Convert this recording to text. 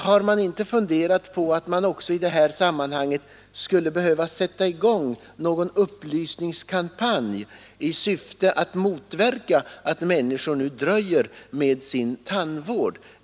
Har man inte funderat över att sätta in någon upplysningskampanj i syfte att motverka att människor nu dröjer med sin tandvård?